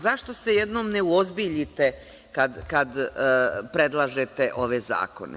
Zašto se jednom ne uozbiljite kada predlažete ove zakone?